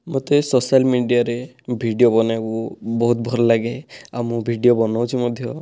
ମୋତେ ସୋସିଆଲ ମିଡ଼ିଆରେ ଭିଡ଼ିଓ ବନେଇବାକୁ ବହୁତ ଭଲ ଲାଗେ ଆଉ ମୁଁ ଭିଡ଼ିଓ ବନଉଛି ମଧ୍ୟ